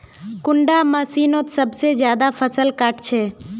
कुंडा मशीनोत सबसे ज्यादा फसल काट छै?